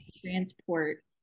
transport